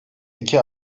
iki